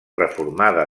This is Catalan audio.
reformada